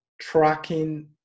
tracking